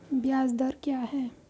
ब्याज दर क्या है?